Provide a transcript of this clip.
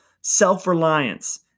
self-reliance